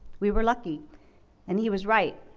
we were lucky and he was right,